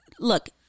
Look